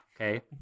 Okay